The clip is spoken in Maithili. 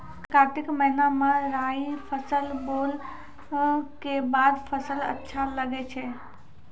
कार्तिक महीना मे राई फसल बोलऽ के बाद फसल अच्छा लगे छै